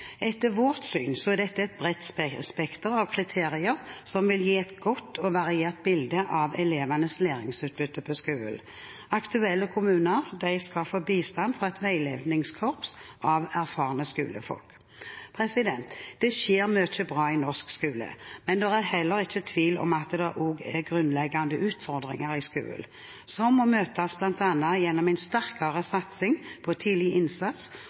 Etter vårt syn er dette et bredt spekter av kriterier, som vil gi et godt og variert bilde av elevenes læringsutbytte på skolen. Aktuelle kommuner skal få bistand fra et veilederkorps av erfarne skolefolk. Det skjer mye bra i norsk skole, men det er ikke tvil om at det også er grunnleggende utfordringer i skolen, som må møtes gjennom bl.a. en sterkere satsing på tidlig innsats